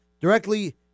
Directly